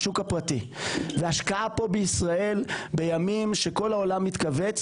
וההשקעה פה בישראל בימים שכל העולם מתכווץ